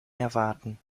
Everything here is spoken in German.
erwarten